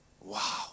Wow